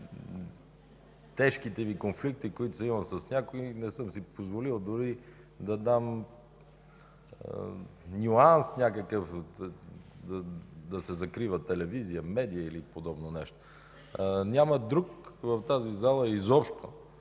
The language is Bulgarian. най-тежките ми конфликти, които съм имал с някой, не съм си позволил дори да дам някакъв нюанс да се закриват телевизии, медии или подобно нещо. Няма друг в тази зала изобщо,